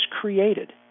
created